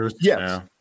yes